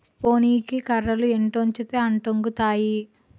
పోనీకి కర్రలు ఎటొంచితే అటొంగుతాయి